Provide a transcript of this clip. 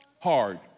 hard